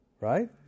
Right